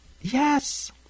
yes